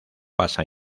pasa